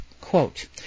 quote